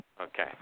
Okay